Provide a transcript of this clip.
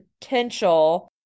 potential